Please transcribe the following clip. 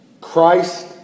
Christ